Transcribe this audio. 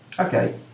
Okay